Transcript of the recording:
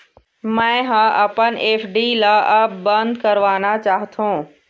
मै ह अपन एफ.डी ला अब बंद करवाना चाहथों